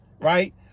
Right